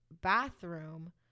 bathroom